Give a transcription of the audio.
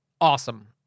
awesome